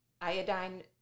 iodine